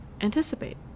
anticipate